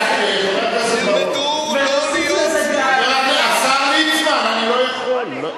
אני לא יכול.